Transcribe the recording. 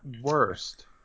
worst